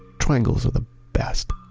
triangles are the best.